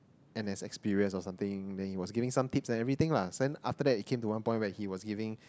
and as experience or something then he was giving some tips and everything lah then he came to one point when he was giving